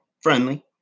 friendly